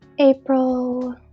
april